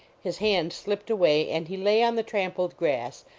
his hand slipped away and he lay on the trampled grass,